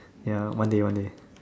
ya one day one day